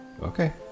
Okay